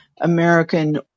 American